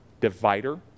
divider